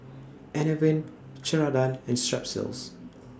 Enervon Ceradan and Strepsils